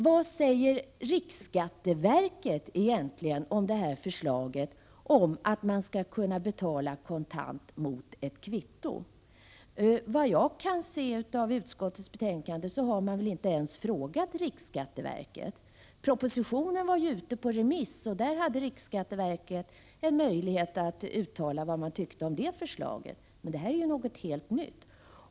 Vad säger riksskatteverket egentligen om det här förslaget att man skall kunna betala kontant mot ett kvitto? Efter vad jag kan se i utskottets betänkande har man inte ens frågat riksskatteverket. Propositionen var ute på remiss, så riksskatteverket hade möjlighet att uttala vad man tyckte om det förslaget, men det här är något helt nytt.